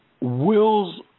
wills